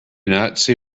nazi